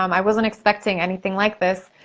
um i wasn't expecting anything like this.